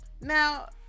Now